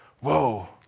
whoa